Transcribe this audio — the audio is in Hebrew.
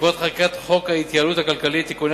בעקבות חקיקת חוק ההתייעלות הכלכלית (תיקוני